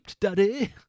daddy